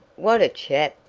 what a chap!